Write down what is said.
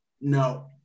No